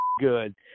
good